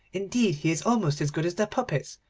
indeed he is almost as good as the puppets,